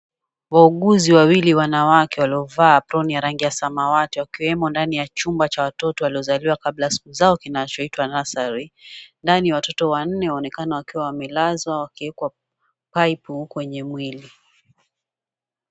Wauguzi wawili wanawake waliovaa aproni ya rangi ya samawati wakiwemo ndani ya chumba cha watoto waliozaliwa kabla ya siku zao kinachoitwa nursery . Ndani watoto wanne waonekana wakiwa wamelazwa wakiwekwa paipu kwenye mwili.